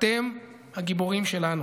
אתם הגיבורים שלנו.